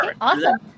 Awesome